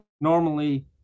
normally